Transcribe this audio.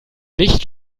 nicht